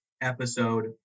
episode